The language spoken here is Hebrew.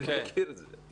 אני מכיר את זה.